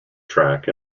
track